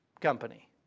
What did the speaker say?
Company